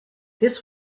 this